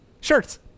Shirts